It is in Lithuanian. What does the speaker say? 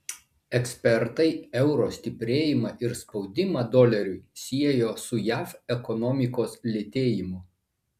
ekspertai euro stiprėjimą ir spaudimą doleriui siejo su jav ekonomikos lėtėjimu